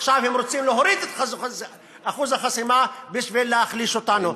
עכשיו הם רוצים להוריד את אחוז החסימה בשביל להחליש אותנו.